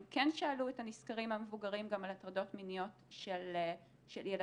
הם כן שאלו את הנסקרים המבוגרים גם על הטרדות מיניות של ילדים.